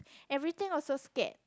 everything also scared